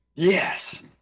Yes